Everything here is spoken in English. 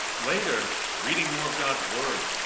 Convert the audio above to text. later, reading more of god's words,